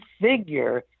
figure